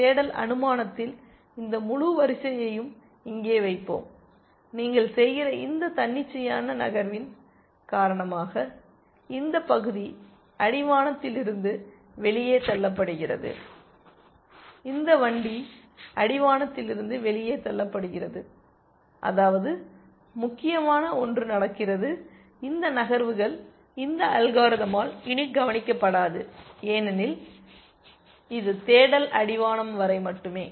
தேடல் அனுமானத்தில் இந்த முழு வரிசையையும் இங்கே வைப்போம் நீங்கள் செய்கிற இந்த தன்னிச்சையான நகர்வின் காரணமாக இந்த பகுதி அடிவானத்திலிருந்து வெளியே தள்ளப்படுகிறது இந்த வண்டி அடிவானத்திலிருந்து வெளியே தள்ளப்படுகிறது அதாவது முக்கியமான ஒன்று நடக்கிறது இந்த நகர்வுகள் இந்த அல்காரிதமால் இனி கவனிக்கப்படாது ஏனெனில் இது தேடல் அடிவானம் வரை மட்டுமே